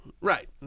right